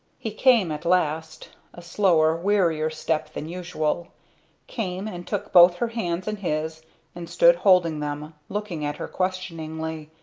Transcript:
he came at last a slower, wearier step than usual came and took both her hands in his and stood holding them, looking at her questioningly.